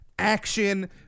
action